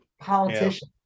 politician